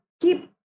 keep